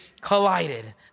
collided